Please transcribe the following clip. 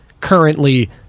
currently